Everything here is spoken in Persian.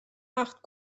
وقت